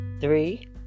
Three